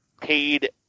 paid